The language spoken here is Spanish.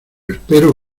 espero